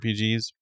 rpgs